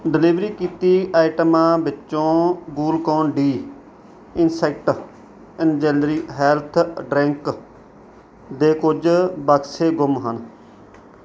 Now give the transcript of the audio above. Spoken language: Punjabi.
ਡਿਲੀਵਰੀ ਕੀਤੀ ਆਈਟਮਾਂ ਵਿੱਚੋਂ ਗੁਲਕੋਨ ਡੀ ਇੰਸੈਟ ਐਨਜਨਰੀ ਹੈਲਥ ਡਰਿੰਕ ਦੇ ਕੁਝ ਬਕਸੇ ਗੁੰਮ ਹਨ